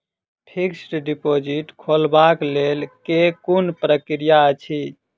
Fixed deposit खोलबाक लेल केँ कुन प्रक्रिया अछि?